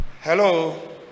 Hello